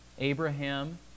Abraham